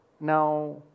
Now